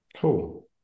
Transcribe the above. cool